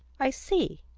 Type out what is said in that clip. i see,